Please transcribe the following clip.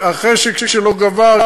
חכמינו אומרים שמי שהחשק שלו גבר,